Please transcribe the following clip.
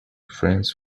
friends